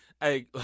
hey